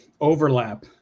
overlap